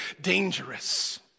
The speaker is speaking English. dangerous